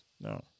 No